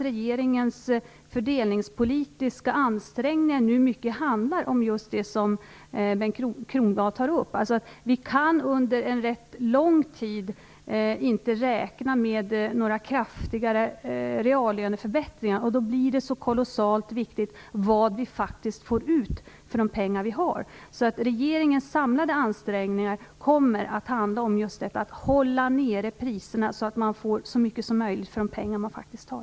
Regeringens fördelningspolitiska ansträngningar inriktas på just det som Bengt Kronblad tar upp. Vi kan under en ganska lång tid inte räkna med några kraftigare reallöneförbättringar, och därför är det kolossalt viktigt vad vi faktiskt får för de pengar vi har. Regeringens samlade ansträngningar kommer att syfta till just detta - att hålla ned priserna så att man får så mycket som möjligt för de pengar man har.